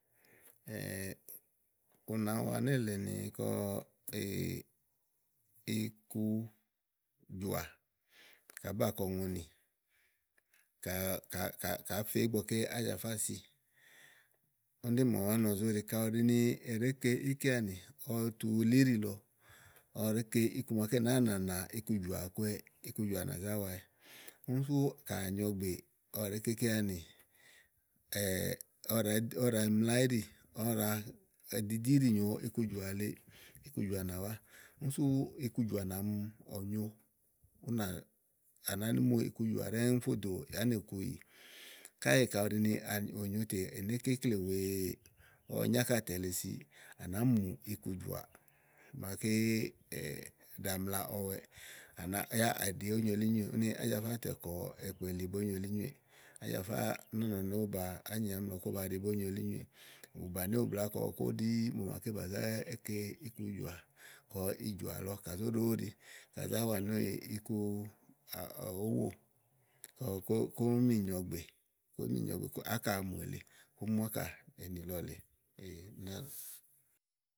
ù nà mi wa nélèe ni kɔ ikujɔ̀à aá bà kɔ ùŋonì. Kàa ka ka kàá fe ígbɔ ké ájafá si úni ɖí màa ɔmi wá nɔ zóɖi ka ù ɖi ni è ɖèé ke ikeanì, ɔwɔ tu li íɖìlɔ, ɔwɔ ɖèé ke iku màaké nàáa nànà ikujɔ̀à àwa kɔɔwɛ, ikujɔ̀à nà zá wa ɔwɛ. úni sú kàɖi ò nyo ɔ̀gbè, ɔwɔ ɖèé ke ikeanì ɔwɔ ɖàaɔwɔ ɖàa mla íɖì, ɔwɔ ɖàa edidi íɖì nyo ikujɔ̀à lèe, ikujɔ̀à nà wá. Núsú ikujɔ̀à nàmi ònyo, ú nà, à nàá nmu ikujɔ̀à ɖɛ́ɛ́ fo dò ánìkuyì. Káèè kayi ù ɖi ni ò nyo tè è nèé ke íkle wèeè, ɔwɔ nyo áka àtɛ̀ lèe siì, à nàáá mi mù ikujɔ̀àà màaké ɖàa mlaɔwɛ yá á ɖi ónyolínyoè úni ájafá tà kɔ ekpeli bónyolínyoèè. Àjafá ná nɔ ni ówó ba ányi àámi lɔ kóba ɖi bónyolínyoèè ù bàni ówò blàá kɔkóɖí mò màaké bà zé eke ikujɔ̀à, kɔ ìjɔ̀à lɔ kà zó ɖo ówo óɖi, kà zá wanìówò, ikuówò, kɔ kókó kó mì nyo ɔ̀gbè, kó mì nyo ɔ̀gbè, kó ákààmù èle, kó mu ákà ènì lɔ lèe, úni ee úni nálɔ̀ɔ.